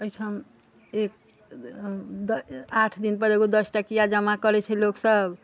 अइठाम एक आठ दिनपर एगो दस टकिआ जमा करै छै लोक सब